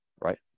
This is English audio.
right